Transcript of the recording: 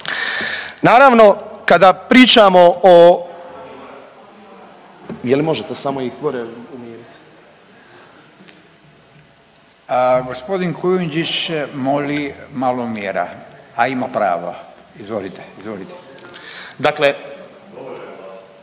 Naravno, kada pričamo o,